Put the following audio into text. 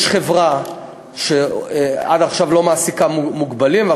יש חברה שעד עכשיו לא מעסיקה מוגבלים,